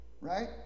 right